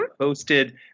posted